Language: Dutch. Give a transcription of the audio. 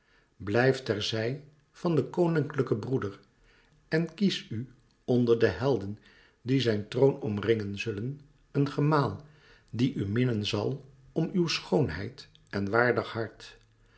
blijf ter zij van den koninklijken broeder en kies u onder de helden die zijn troon omringen zullen een gemaal die u minnen zal om uw schoonheid en waardig hart